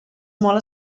molt